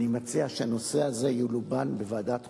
אני מציע שהנושא הזה ילובן בוועדת חוקה,